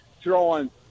throwing